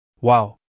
Wow